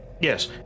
Yes